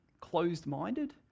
closed-minded